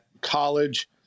college